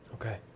Okay